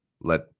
Let